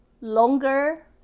longer